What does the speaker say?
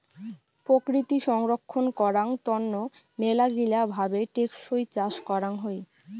প্রকৃতি সংরক্ষণ করাং তন্ন মেলাগিলা ভাবে টেকসই চাষ করাং হই